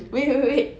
wait wait wait wait